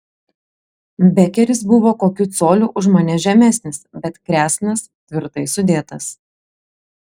bekeris buvo kokiu coliu už mane žemesnis bet kresnas tvirtai sudėtas